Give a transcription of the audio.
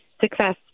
success